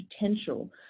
potential